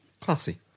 Classy